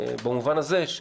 אחר כך,